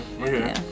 okay